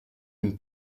une